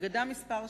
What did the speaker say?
אגדה מספר שתיים,